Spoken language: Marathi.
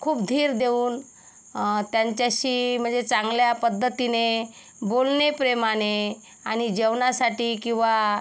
खूप धीर देऊन त्यांच्याशी म्हणजे चांगल्या पद्धतीने बोलणे प्रेमाने आणि जेवणासाठी किंवा